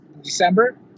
December